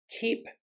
keep